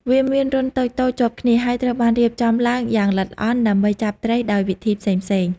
វាមានរន្ធតូចៗជាប់គ្នា ហើយត្រូវបានរៀបចំឡើងយ៉ាងល្អិតល្អន់ដើម្បីចាប់ត្រីដោយវិធីផ្សេងៗ។